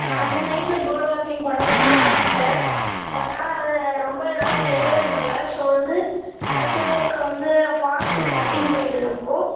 நான் வந்து நைட்டில் பேர்ட் வாட்சிங் பண்ணணுன்னு ரொம்ப ஆசை பட் ஆனால் அது ரொம்ப என்னால் செய்யவே முடில ஸோ வந்து கடைசியாக ஒருக்க வந்து ஃபாரஸ்ட்டுக்கு ஹய்க்கிங் போயிட்டு இருந்தப்போது